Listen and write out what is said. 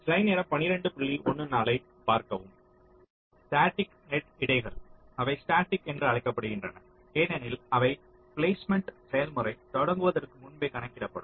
static net எடைகள் அவை static என்று அழைக்கப்படுகின்றன ஏனெனில் அவை பிளேஸ்மெண்ட் செயல்முறை தொடங்குவதற்கு முன்பே கணக்கிடப்படும்